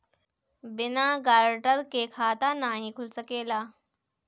बिना गारंटर के खाता नाहीं खुल सकेला?